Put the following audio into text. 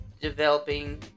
developing